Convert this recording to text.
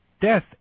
Death